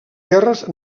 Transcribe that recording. guerres